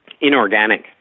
inorganic